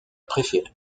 préféré